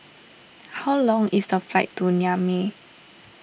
how long is the flight to Niamey